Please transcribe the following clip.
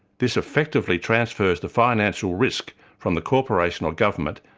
this effectively transfers the financial risk from the corporation or government,